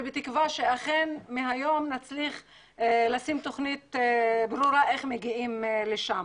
ובתקווה שאכן מהיום נצליח לשים תוכנית ברורה איך מגיעים לשם.